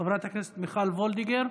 חברת הכנסת מיכל וולדיגר,